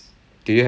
is